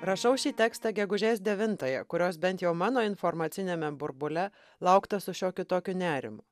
rašau šį tekstą gegužės devintąją kurios bent jau mano informaciniame burbule laukta su šiokiu tokiu nerimu